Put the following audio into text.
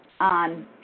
on